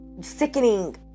sickening